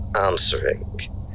answering